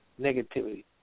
negativity